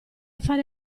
fare